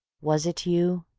was it you?